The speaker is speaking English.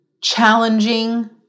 challenging